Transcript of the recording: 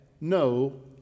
no